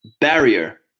barrier